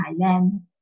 Thailand